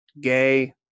gay